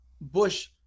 Bush